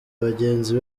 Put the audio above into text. bagenzi